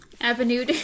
Avenue